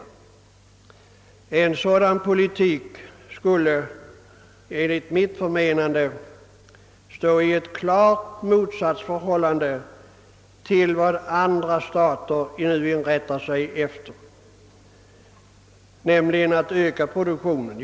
En sådan politik skulle enligt mitt förmenade stå i klart motsatsförhållande till vad andra stater strävar efter, nämligen en ökning av produktionen.